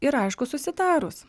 ir aišku susitarus